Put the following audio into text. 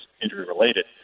injury-related